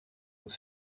nous